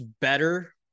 better